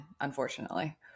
unfortunately